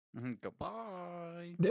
Goodbye